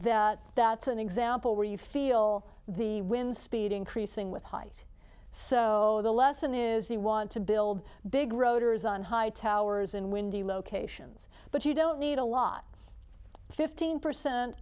that that's an example where you feel the wind speed increasing with height so the lesson is he want to build big rotors on high towers in windy locations but you don't need a lot fifteen percent